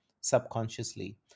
subconsciously